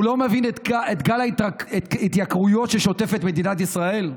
הוא לא מבין את גל ההתייקרויות ששוטף את מדינת ישראל?